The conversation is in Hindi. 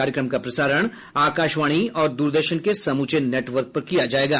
कार्यक्रम का प्रसारण आकाशवाणी और दूरदर्शन के समूचे नेटवर्क पर किया जायेगा